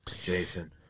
Jason